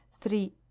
three